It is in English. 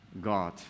God